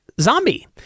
zombie